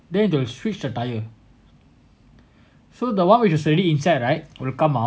then they will switch the tyre so the one which is really inside right will come out